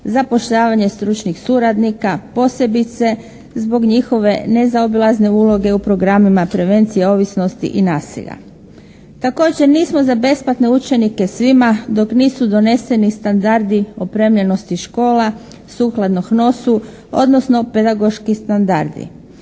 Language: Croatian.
zapošljavanje stručnih suradnika, posebice zbog njihove nezaobilazne uloge u programima prevencije ovisnosti i nasilja. Također nismo za besplatne učenike svima dok nisu doneseni standardi opremljenosti škola, sukladno HNOS-u, odnosno pedagoški standardi.